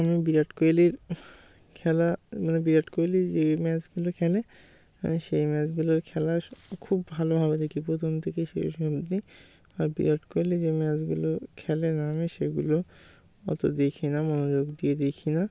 আমি বিরাট কোহলির খেলা মানে বিরাট কোহলি যেই ম্যাচগুলো খেলে আমি সেই ম্যাচগুলোর খেলা খুব ভালো হবে দেখি প্রথম থেকে শেষ অব্দি আর বিরাট কোহলি যে ম্যাচগুলো খেলে না আমি সেগুলো অত দেখি না মনোযোগ দিয়ে দেখি না